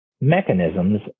mechanisms